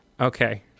Okay